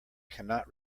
cannot